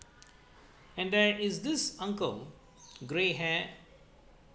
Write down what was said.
and then is this uncle grey hair